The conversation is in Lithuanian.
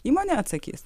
įmonė atsakys